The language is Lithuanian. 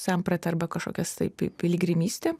samprata arba kažkokios tai piligrimystėm